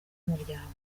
umuryango